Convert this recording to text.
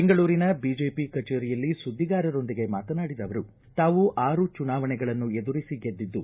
ಬೆಂಗಳೂರಿನ ಬಿಜೆಪಿ ಕಚೇರಿಯಲ್ಲಿ ಸುದ್ದಿಗಾರರೊಂದಿಗೆ ಮಾತನಾಡಿದ ಅವರು ತಾವು ಆರು ಚುನಾವಣೆಗಳನ್ನು ಎದುರಿಸಿ ಗೆದ್ದಿದ್ದು